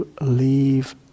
leave